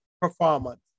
performance